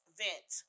vent